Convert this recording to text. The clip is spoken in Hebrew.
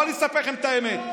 בואו אני אספר לכם את האמת.